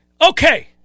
Okay